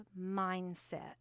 mindset